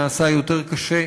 נעשה יותר קשה.